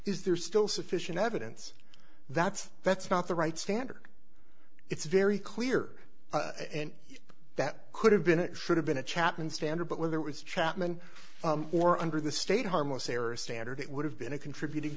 is there still sufficient evidence that's that's not the right standard it's very clear and that could have been it should have been a chapman standard but when there was chapman or under the state harmless error standard it would have been a contributing